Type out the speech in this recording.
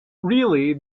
really